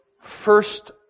first